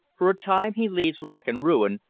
for a time he leaves rack and ruin,